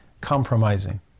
compromising